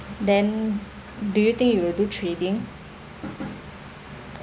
then do you think you will do trading